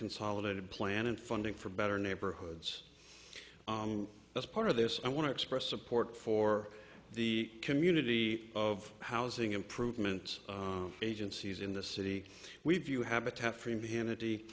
consolidated plan and funding for better neighborhoods as part of this i want to express support for the community of housing improvements agencies in the city we view habitat for humanity